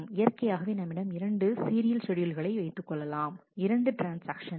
இயற்கையாகவே நம்மிடம் இரண்டு சீரியல் ஷெட்யூல்களை வைத்துக்கொள்ளலாம் இரண்டு ட்ரான்ஸ்ஆக்ஷன்கள்